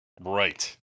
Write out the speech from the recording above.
Right